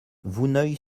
vouneuil